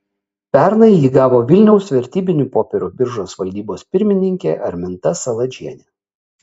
pernai jį gavo vilniaus vertybinių popierių biržos valdybos pirmininkė arminta saladžienė